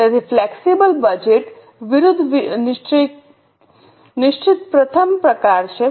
તેથી flexible budget વિરુદ્ધ નિશ્ચિત પ્રથમ પ્રકાર છે